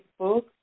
Facebook